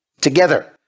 Together